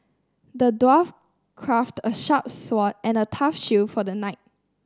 the dwarf crafted a sharp sword and a tough shield for the knight